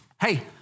Hey